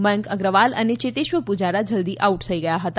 મયંક અગ્રવાલ અને ચેતેશ્વર પુજારા જલ્દી આઉટ થઈ ગયા હતા